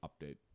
update